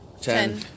Ten